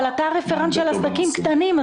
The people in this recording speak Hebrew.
אבל אתה הרפרנט של העסקים הקטנים,